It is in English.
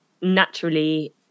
naturally